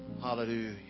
Hallelujah